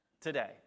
Today